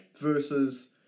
Versus